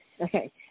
Okay